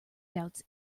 doubts